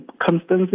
circumstances